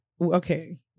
Okay